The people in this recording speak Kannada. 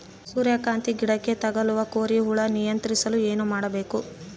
ಸೂರ್ಯಕಾಂತಿ ಗಿಡಕ್ಕೆ ತಗುಲುವ ಕೋರಿ ಹುಳು ನಿಯಂತ್ರಿಸಲು ಏನು ಮಾಡಬೇಕು?